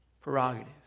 prerogative